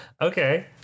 okay